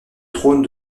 trône